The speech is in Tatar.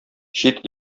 чит